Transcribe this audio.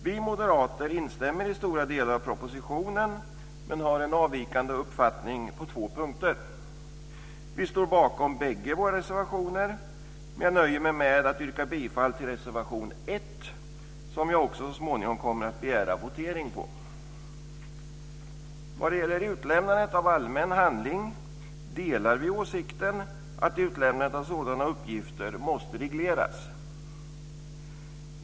Vi moderater instämmer i stora delar av propositionen men har en avvikande uppfattnig på två punkter. Vi står bakom bägge våra reservationer, men jag nöjer mig med att yrka bifall till reservation 1, som jag också så småningom kommer att begära votering på. Vad gäller utlämnandet av allmän handling delar vi åsikten att utlämnandet av sådana uppgifter måste regleras.